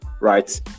right